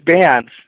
bands